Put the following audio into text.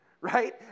right